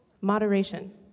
moderation